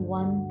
one